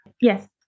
Yes